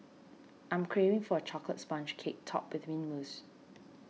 I am craving for a Chocolate Sponge Cake Topped with Mint Mousse